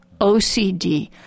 OCD